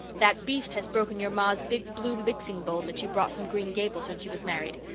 that beast has broken your ma's big blue mixing-bowl that she brought from green gables when she was married.